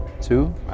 Two